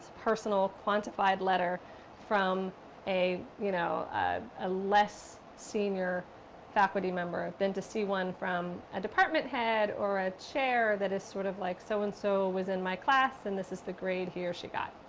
personal, quantified letter from a you know a less senior faculty member than to see one from a department head or a chair that is sort of like, so-and-so so and so was in my class and this is the grade he or she got.